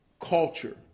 culture